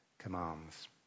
commands